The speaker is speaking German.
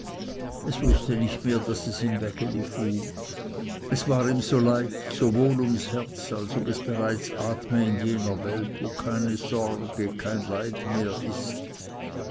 es wußte nicht mehr daß es im wägeli fuhr es war ihm so leicht so wohl ums herz als ob es bereits atme in jener welt wo keine sorge kein leid mehr ist